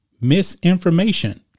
misinformation